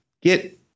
get